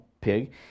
Pig